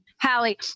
Hallie